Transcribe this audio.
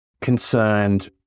concerned